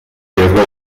llegó